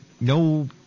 no